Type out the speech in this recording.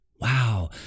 Wow